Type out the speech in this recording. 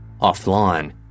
Offline